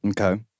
Okay